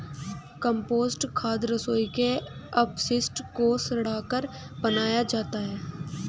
compost खाद रसोई के अपशिष्ट को सड़ाकर बनाया जाता है